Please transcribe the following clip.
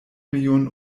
millionen